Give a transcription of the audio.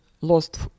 lost